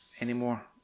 anymore